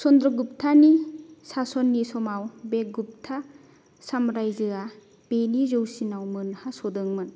चन्द्रगुपतानि सासननि समाव बे गुपता सामरायजोआ बेनि जौसिनाव मोनहासदोंमोन